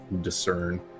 discern